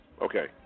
okay